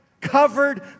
covered